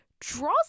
draws